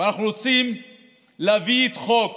ואנחנו רוצים להביא חוק